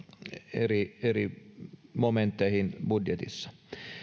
eri eri momentteihin budjetissa